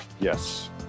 Yes